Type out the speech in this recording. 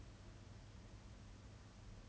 we have no redeeming factors but do they have like